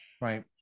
Right